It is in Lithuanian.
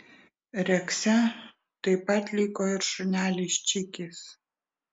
rekse taip pat liko ir šunelis čikis